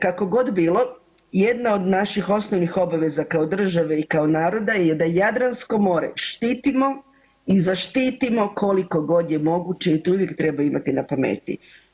Kako god bilo jedna od naših osnovnih obaveza kao države i kao naroda je da Jadransko more štitimo i zaštitimo koliko god je moguće i to uvijek treba imati na pameti.